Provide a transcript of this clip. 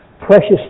Precious